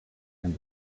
and